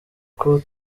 uko